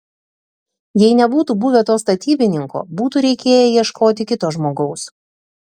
jei nebūtų buvę to statybininko būtų reikėję ieškoti kito žmogaus